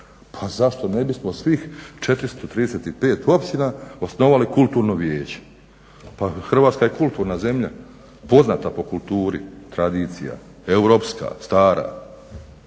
Pa zašto ne bismo svih 435 općina osnovali kulturno vijeće. Pa Hrvatska je kulturna zemlja, poznata po kulturi tradicija, europska stara.